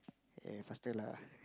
eh faster lah